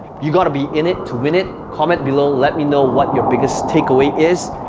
you got to be in it to win it comment below, let me know what your biggest takeaway is.